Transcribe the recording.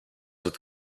with